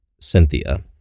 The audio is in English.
Cynthia